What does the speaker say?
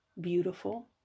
beautiful